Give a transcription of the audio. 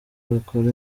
bakora